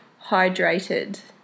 hydrated